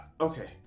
Okay